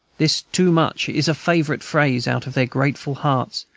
this too much is a favorite phrase out of their grateful hearts,